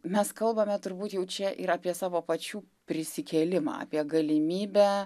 mes kalbame turbūt jau čia ir apie savo pačių prisikėlimą apie galimybę